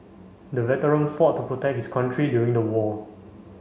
the veteran fought to protect his country during the war